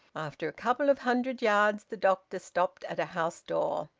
after a couple of hundred yards the doctor stopped at a house-door.